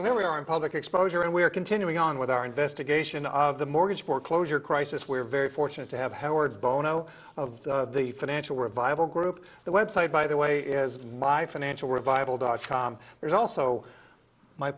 one we are in public exposure and we're continuing on with our investigation of the mortgage foreclosure crisis we're very fortunate to have howard bono of the financial revival group the web site by the way is my financial revival dot com there's also my